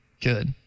good